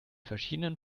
verschiedenen